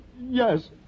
Yes